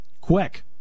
quick